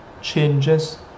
changes